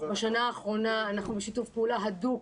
בשנה האחרונה אנחנו בשיתוף פעולה הדוק